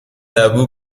لبو